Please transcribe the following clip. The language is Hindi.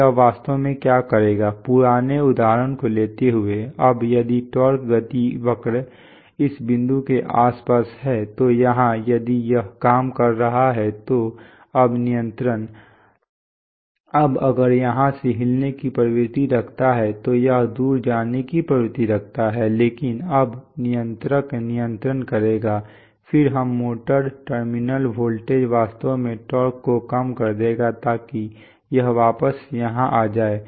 तो यह वास्तव में क्या करेगा पुराने उदाहरण को लेते हुए अब यदि टॉर्क गति वक्र इस बिंदु के आसपास है तो यहाँ यदि यह काम कर रहा है तो अब नियंत्रण अब अगर यहां से हिलने की प्रवृत्ति रखता है तो यह दूर जाने की प्रवृत्ति रखता है लेकिन अब नियंत्रक नियंत्रण करेगा फिर हम मोटर टर्मिनल वोल्टेज वास्तव में टॉर्क को कम कर देगा ताकि यह वापस यहां आ जाए